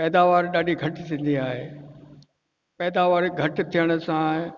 पैदावार ॾाढी घटि थींदी आहे पैदावार घटि थियण सां